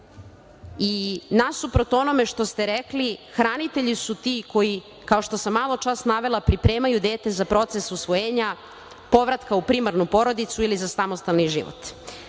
i, nasuprot onome što ste rekli, hranitelji su ti koji, kao što sam maločas navela, pripremaju dete za proces usvojenja, povratka u primarnu porodicu ili za samostalni